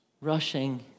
rushing